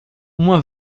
uma